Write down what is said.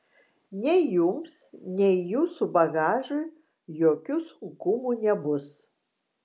nei jums nei jūsų bagažui jokių sunkumų nebus